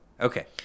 okay